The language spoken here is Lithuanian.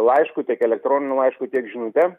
laišku tiek elektroniniu laišku tiek žinute